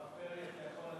השר פרי, אתה יכול לשבת.